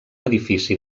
edifici